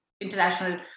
international